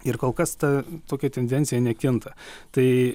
ir kol kas ta tokia tendencija nekinta tai